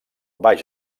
baix